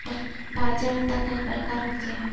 बाजार त कई प्रकार होचे?